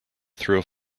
through